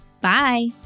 Bye